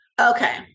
Okay